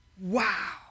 Wow